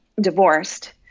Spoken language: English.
divorced